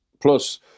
plus